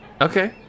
Okay